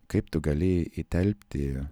kaip tu gali įtelpti